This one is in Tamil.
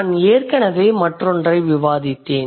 நான் ஏற்கனவே மற்றொன்றை விவாதித்தேன்